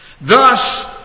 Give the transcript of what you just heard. Thus